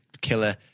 killer